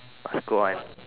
just go and